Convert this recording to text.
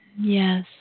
Yes